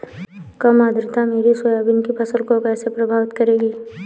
कम आर्द्रता मेरी सोयाबीन की फसल को कैसे प्रभावित करेगी?